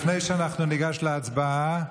לפני שאנחנו ניגש להצבעה,